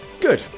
good